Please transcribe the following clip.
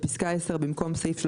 בפסקה (10) במקום "סעיף 38"